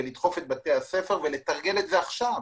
ולדחוף את בתי הספר ולתרגל את זה עכשיו